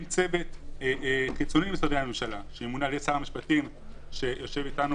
בסוף דבריך אמרת "בואו נקים עכשיו ועדה" ולכן שר המשפטים ענה את מה